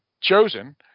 chosen